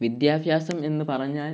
വിദ്യാഭ്യാസം എന്ന് പറഞ്ഞാൽ